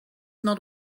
not